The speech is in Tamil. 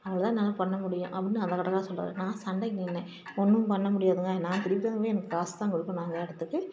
அவ்வளோதான் நான் பண்ணமுடியும் அப்படின்னு அந்த கடைக்காரரு சொல்கிறாரு நான் சண்டைக்கு நின்றேன் ஒன்றும் பண்ண முடியாதுங்க நான் பிடிவாதமா எனக்கு காசு தான் கொடுக்கணும் நான் கேட்டதுக்கு